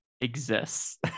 exists